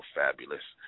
fabulous